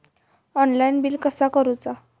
Online bill कसा करुचा?